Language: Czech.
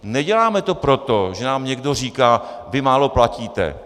Neděláme to proto, že nám někdo říká: vy málo platíte.